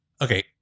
Okay